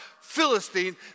Philistine